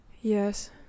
Yes